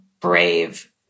brave